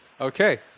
Okay